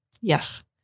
Yes